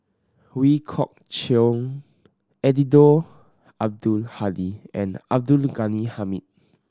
Ooi Kok Chuen Eddino Abdul Hadi and Abdul Ghani Hamid